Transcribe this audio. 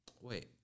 Wait